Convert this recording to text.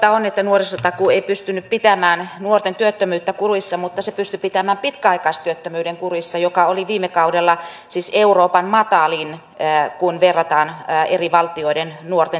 totta on että nuorisotakuu ei pystynyt pitämään nuorten työttömyyttä kurissa mutta se pystyi pitämään pitkäaikaistyöttömyyden kurissa joka oli viime kaudella siis euroopan matalin kun verrataan eri valtioiden nuorten tilannetta